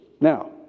Now